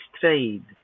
trade